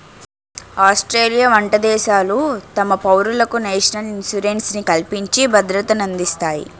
Australia వంట దేశాలు తమ పౌరులకు నేషనల్ ఇన్సూరెన్స్ ని కల్పించి భద్రతనందిస్తాయి